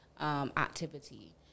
Activity